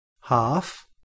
Half